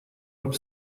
веб